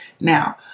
Now